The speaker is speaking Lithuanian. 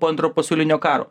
po antro pasaulinio karo